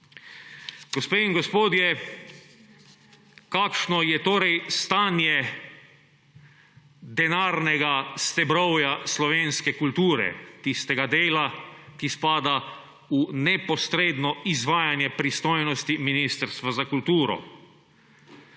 Gospe in gospodje! Kakšno je torej stanje denarnega stebrovja slovenske kulture, tistega dela, ki spada v neposredno izvajanje pristojnosti Ministrstva za kulturo?